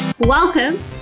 Welcome